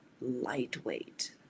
lightweight